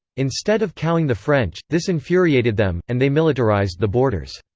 instead of cowing the french, this infuriated them, and they militarised the borders.